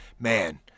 Man